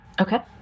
okay